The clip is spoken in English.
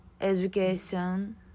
education